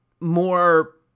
more